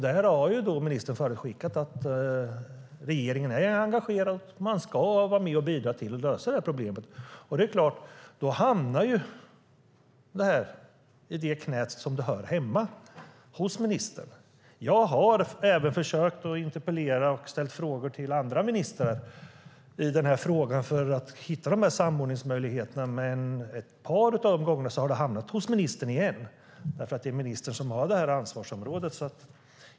Där har ministern förutskickat att regeringen är engagerad och ska vara med och bidra till att lösa problemet. Då är det klart att frågan hamnar i det knä där det hör hemma, nämligen hos ministern. Jag har försökt att interpellera och ställa frågor till andra ministrar om detta för att hitta samordningsmöjligheterna. Men ett par av de gångerna har frågan hamnat hos ministern igen, eftersom det är ministern som har det här ansvarsområdet.